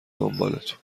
دنبالتون